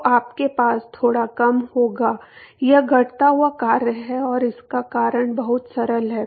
तो आपके पास थोड़ा कम होगा यह घटता हुआ कार्य है और इसका कारण बहुत सरल है